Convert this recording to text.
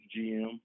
GM